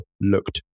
looked